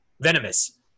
Venomous